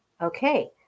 Okay